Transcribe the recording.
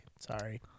Sorry